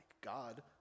God